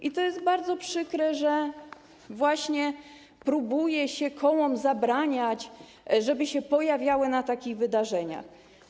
I to jest bardzo przykre, że właśnie próbuje się kołom zabraniać, żeby pojawiały się na takich wydarzeniach.